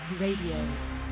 Radio